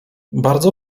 bardzo